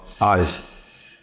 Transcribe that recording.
eyes